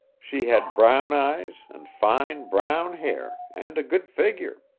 she had brown eyes, and fine brown hair, and a good figure.